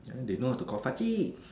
ya they know how to call face